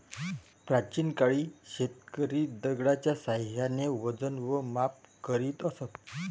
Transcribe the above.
प्राचीन काळी शेतकरी दगडाच्या साहाय्याने वजन व माप करीत असत